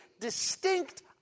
distinct